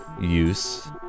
use